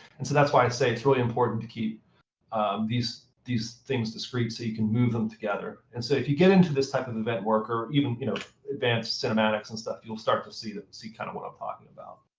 and so that's why i say it's really important to keep these these things discrete so you can move them together. and so if you get into this type of event work, or even you know advanced cinematics and stuff, you'll start to see kind of what i'm talking about.